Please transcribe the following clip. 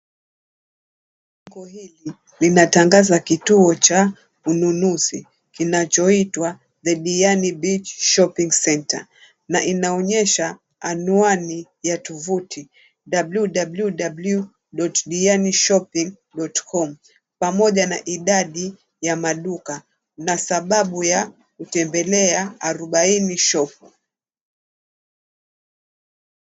Bango hili linatangaza kituo cha ununuzi kinachoitwa the Diani beach shopping centre na inaonyesha anwani ya tuvuti www.Dianishopping.com pamoja na idadi ya maduka na sababu ya kutembelea arubaini shop.